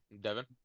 Devin